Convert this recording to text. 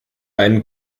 einen